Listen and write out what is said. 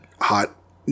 hot